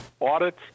audits